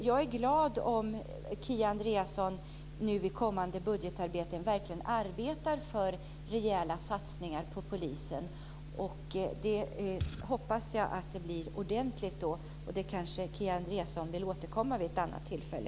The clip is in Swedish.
Jag är glad om Kia Andreasson i kommande budgetarbete verkligen arbetar för rejäla satsningar på polisen. Jag hoppas att det blir ordentligt. Kia Andreasson kanske vill återkomma om detta vid något annat tillfälle.